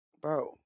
bro